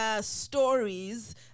Stories